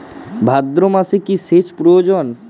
ভাদ্রমাসে কি সেচ প্রয়োজন?